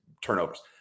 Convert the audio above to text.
turnovers